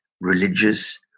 religious